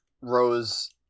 Rose